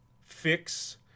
fix